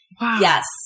Yes